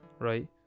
right